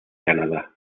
canadá